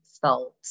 felt